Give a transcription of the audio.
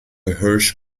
hirsch